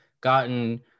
gotten